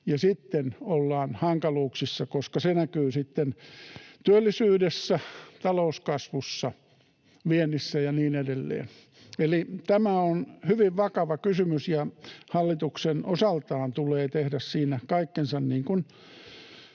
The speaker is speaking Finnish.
sitten ollaan hankaluuksissa, koska se näkyy työllisyydessä, talouskasvussa, viennissä ja niin edelleen. Eli tämä on hyvin vakava kysymys, ja hallituksen osaltaan tulee tehdä siinä kaikkensa, niin kuin